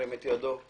מי בעד, ירים את ידו.